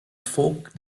folk